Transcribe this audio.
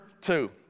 two